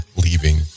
leaving